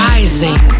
Rising